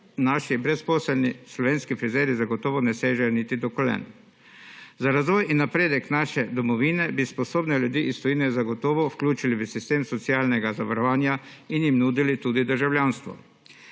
naši brezposelni slovenski frizerji zagotovo ne sežejo niti do kolen. Za razvoj in napredek naše domovine bi sposobne ljudi iz tujine zagotovo vključili v sistem socialnega zavarovanja in jim nudili tudi državljanstvo.